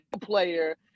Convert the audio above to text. player